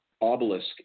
obelisk